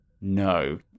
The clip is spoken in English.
No